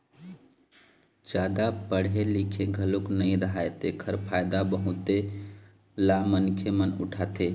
जादा पड़हे लिखे घलोक नइ राहय तेखर फायदा बहुत ले मनखे मन उठाथे